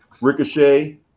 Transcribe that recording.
Ricochet